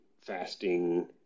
fasting